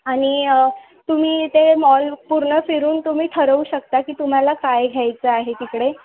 आणि तुम्ही ते मॉल पूर्ण फिरून तुम्ही ठरवू शकता की तुम्हाला काय घ्यायचं आहे तिकडे